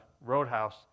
Roadhouse